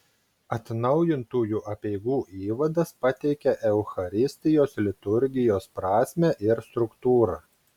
atnaujintųjų apeigų įvadas pateikia eucharistijos liturgijos prasmę ir struktūrą